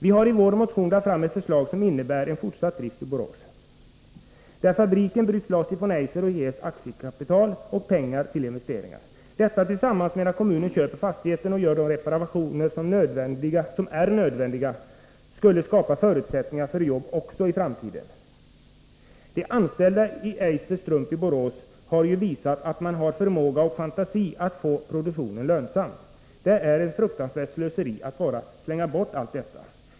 Vi har i vår motion lagt fram ett förslag som innebär en fortsatt drift i Borås, där fabriken bryts loss från Eiser och ges aktiekapital och pengar till investeringar. Detta tillsammans med att kommunen köper fastigheten och gör de reparationer som är nödvändiga skulle skapa förutsättningar för jobb också i framtiden. De anställda i Eiser Strump i Borås har ju visat att man har förmåga och fantasi att få produktionen lönsam. Det är ett fruktansvärt slöseri att bara slänga bort allt detta.